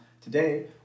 today